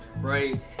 right